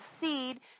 seed